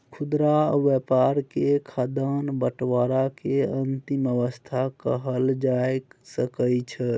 खुदरा व्यापार के खाद्यान्न बंटवारा के अंतिम अवस्था कहल जा सकइ छइ